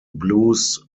blues